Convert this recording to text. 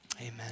amen